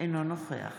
אינו נוכח